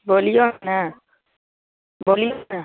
बोलिऔ ने बोलिऔ ने